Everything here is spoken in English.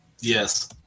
Yes